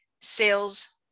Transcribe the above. sales